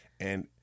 and-